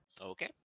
Okay